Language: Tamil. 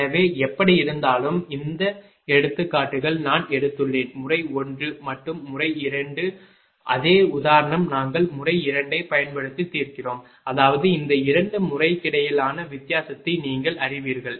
எனவே எப்படியிருந்தாலும் இந்த எடுத்துக்காட்டுகள் நான் எடுத்துள்ளேன் முறை 1 மட்டும் முறை 1 அதே உதாரணம் நாங்கள் முறை 2 ஐப் பயன்படுத்தி தீர்க்கிறோம் அதாவது இந்த 2 முறைகளுக்கிடையிலான வித்தியாசத்தை நீங்கள் அறிவீர்கள்